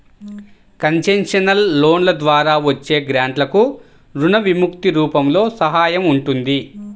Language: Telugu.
కన్సెషనల్ లోన్ల ద్వారా వచ్చే గ్రాంట్లకు రుణ విముక్తి రూపంలో సహాయం ఉంటుంది